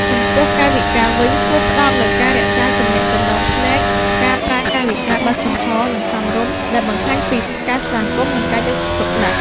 ចំពោះកាយវិការវិញ គួរផ្តោតលើការរក្សាទំនាក់ទំនងភ្នែក ការប្រើកាយវិការបើកចំហរ និងសមរម្យ ដែលបង្ហាញពីការស្វាគមន៍ និងការយកចិត្តទុកដាក់។